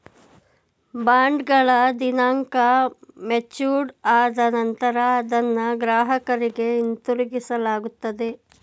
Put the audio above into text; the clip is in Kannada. ಬಾಂಡ್ಗಳ ದಿನಾಂಕ ಮೆಚೂರ್ಡ್ ಆದ ನಂತರ ಅದನ್ನ ಗ್ರಾಹಕರಿಗೆ ಹಿಂತಿರುಗಿಸಲಾಗುತ್ತದೆ